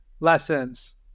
Lessons